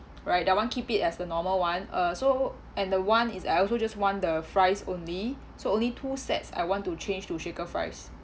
right that one keep it as the normal one uh so and the one is I also just want the fries only so only two sets I want to change to shaker fries